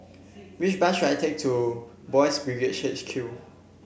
which bus should I take to Boys' Brigade H Q